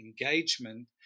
engagement